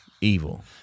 Evil